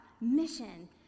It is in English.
mission